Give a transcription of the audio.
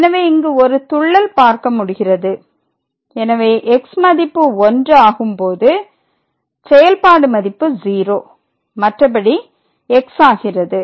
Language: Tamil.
எனவே இங்கு ஒரு துள்ளல் பார்க்க முடிகிறது எனவே x மதிப்பு 1 ஆகும் போது செயல்பாடு மதிப்பு 0 மற்றபடி x ஆகிறது